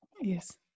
Yes